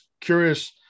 curious